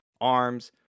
arms